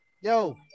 Yo